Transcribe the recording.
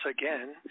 again